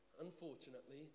Unfortunately